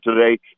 today